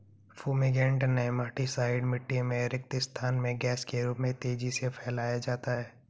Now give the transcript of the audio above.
fumigant nematicide मिटटी में रिक्त स्थान में गैस के रूप में तेजी से फैलाया जाता है